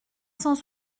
cent